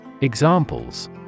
Examples